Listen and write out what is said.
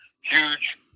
huge